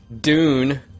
Dune